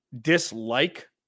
dislike